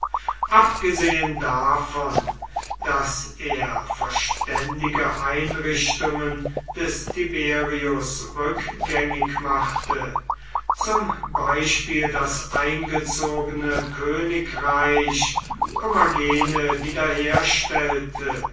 abgesehen davon daß er verständige einrichtungen des tiberius rückgängig machte zum beispiel das eingezogene königreich kommagene